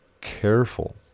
careful